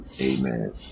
Amen